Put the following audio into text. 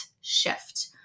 shift